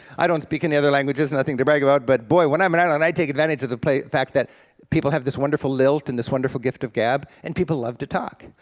i don't speak any other languages, nothing to brag about, but boy when i'm in ireland i take advantage of the fact that people have this wonderful lilt and this wonderful gift of gab, and people love to talk.